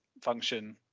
function